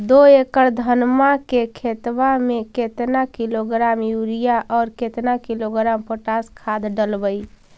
दो एकड़ धनमा के खेतबा में केतना किलोग्राम युरिया और केतना किलोग्राम पोटास खाद डलबई?